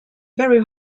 very